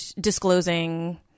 disclosing